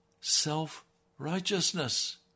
self-righteousness